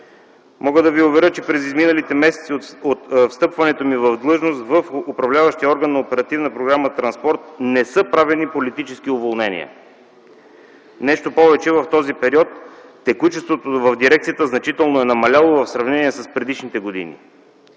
Мога да Ви уверя, че през изминалите месеци от встъпването ми в длъжност, в управляващия орган по Оперативна програма „Транспорт” не са правени политически уволнения. Нещо повече, в този период текучеството в дирекцията значително е намаляло в сравнение с предишните години.